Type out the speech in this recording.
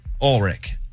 Ulrich